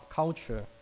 culture